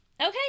Okay